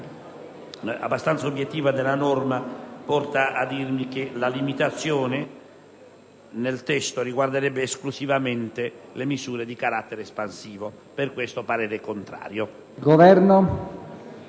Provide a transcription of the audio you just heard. abbastanza obiettiva della norma mi porta a dire che la limitazione nel testo riguarderebbe esclusivamente le misure di carattere espansivo. Per questo motivo